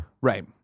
right